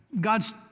God's